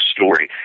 story